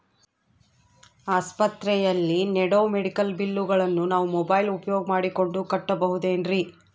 ಆಸ್ಪತ್ರೆಯಲ್ಲಿ ನೇಡೋ ಮೆಡಿಕಲ್ ಬಿಲ್ಲುಗಳನ್ನು ನಾವು ಮೋಬ್ಯೆಲ್ ಉಪಯೋಗ ಮಾಡಿಕೊಂಡು ಕಟ್ಟಬಹುದೇನ್ರಿ?